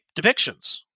depictions